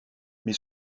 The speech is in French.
mais